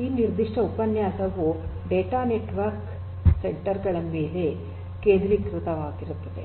ಈ ನಿರ್ದಿಷ್ಟ ಉಪನ್ಯಾಸವು ಡೇಟಾ ಸೆಂಟರ್ ನೆಟ್ವರ್ಕ್ ಗಳ ಮೇಲೆ ಕೇಂದ್ರೀಕರಿಸುತ್ತದೆ